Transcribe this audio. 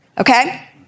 Okay